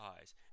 eyes